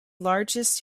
largest